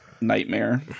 nightmare